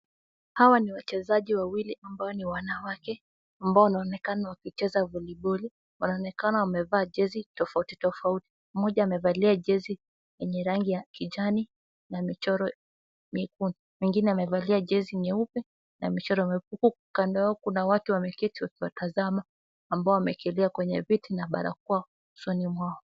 Hawa ni wachezaji wawili ambao ni wanawake ambao wanaonekana wakicheza voliboli. Wanaonekana wamevaa jezi tofauti. Mmoja amevalia jezi yenye rangi ya kijani na michoro nyeupe . Mwengine amevalia jezi nyeupe na michoro miekundu huku kando yao watu kuna wameketi wakiwatazama ambao wamekalia kwenye viti na barakoa usoni mwao.